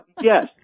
yes